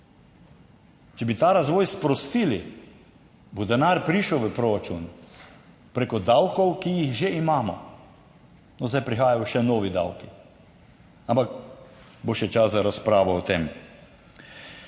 Če bi ta razvoj sprostili, bo denar prišel v proračun preko davkov, ki jih že imamo. No, zdaj prihajajo še novi davki, ampak bo še čas za razpravo o tem.